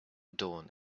dawn